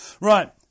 Right